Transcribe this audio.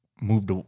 moved